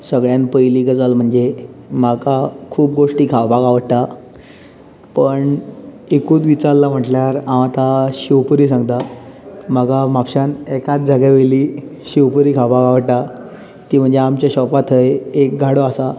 सगळ्यांन पयली गजाल म्हणजे म्हाका खूब गोश्टी खावपाक आवडटा पण एकूत विचारला म्हटल्यार हांव आता शेव पूरी सांगता म्हाका म्हापशांत एकाच जाग्या वयली शेव पुरी खावपाक आवडटा ती म्हणल्यार आमचे शॉप आसा थंय एक गाडो आसा